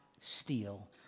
steal